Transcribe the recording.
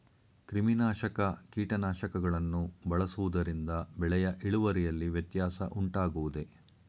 ಕ್ರಿಮಿನಾಶಕ ಕೀಟನಾಶಕಗಳನ್ನು ಬಳಸುವುದರಿಂದ ಬೆಳೆಯ ಇಳುವರಿಯಲ್ಲಿ ವ್ಯತ್ಯಾಸ ಉಂಟಾಗುವುದೇ?